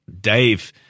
Dave